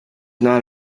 not